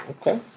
Okay